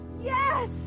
Yes